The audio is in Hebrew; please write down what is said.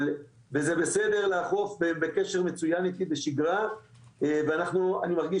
וזה בסדר לאכוף בקשר מצוין איתי בשגרה ואני מרגיש